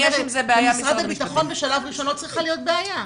ומשרד הבטחון בשלב ראשון לא צריכה להיות בעיה.